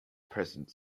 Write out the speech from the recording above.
present